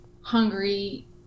hungry